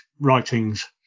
writings